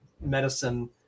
medicine